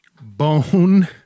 Bone